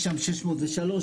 יש שם 603,